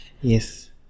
Yes